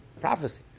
prophecy